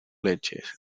leches